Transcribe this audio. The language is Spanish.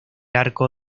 arco